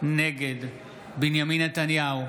נגד בנימין נתניהו,